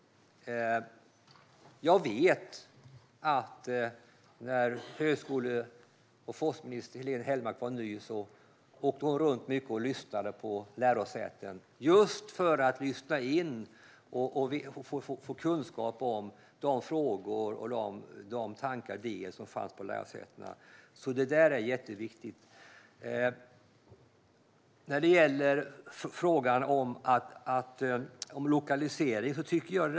När Helene Hellmark var ny som högskole och forskningsminister åkte hon runt mycket till lärosätena just för att lyssna och få kunskap om de frågor, tankar och idéer som fanns på lärosätena. Det är jätteviktigt. Sedan gäller det frågan om lokalisering.